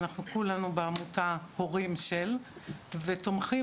אנחנו כולנו בעמותה הורים של ותומכים